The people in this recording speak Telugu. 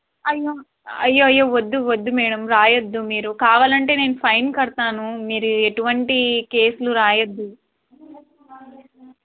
అయ్యో అయ్యో అయ్యో వద్దు వద్దు మేడమ్ రాయవద్దు మీరు కావాలంటే నేను ఫైన్ కడతాను మీరు ఎటువంటి కేసులు రాయవద్దు